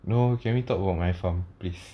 no can we talk about my farm please